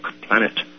planet